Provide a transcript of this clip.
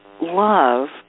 love